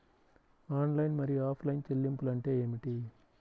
Online మరియు offline చెల్లింపులు అంటే ఏమిటి?